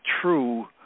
true